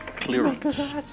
Clearance